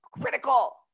critical